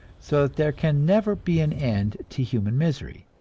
so there can never be an end to human misery,